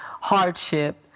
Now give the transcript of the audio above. hardship